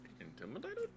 intimidated